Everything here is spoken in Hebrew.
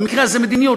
במקרה הזה מדיניות,